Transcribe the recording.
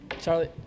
Charlie